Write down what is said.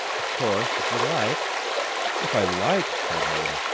of course, if you like if i like! cried mortimer.